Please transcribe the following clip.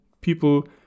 people